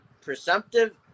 presumptive